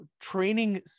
training